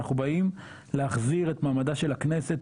אנחנו באים להחזיר את מעמדה של הכנסת,